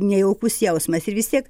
nejaukus jausmas ir vis tiek